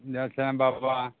इधर से बाबा